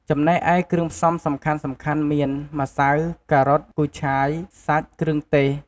ចំណែកឯគ្រឿងផ្សំសំខាន់ៗមាន ម្សៅ ការ៉ុត គូឆាយ សាច់ គ្រឿងទេស។